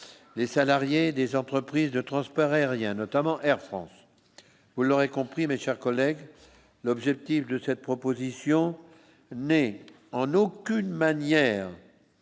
les salariés des entreprises de transport aérien, notamment Air France, vous l'aurez compris mes chers collègues, l'objectif de cette proposition n'est en aucune manière